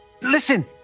Listen